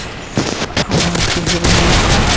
آ کیہرِ منٛز چھُ